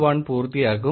1 പൂർത്തിയാക്കും